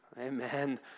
Amen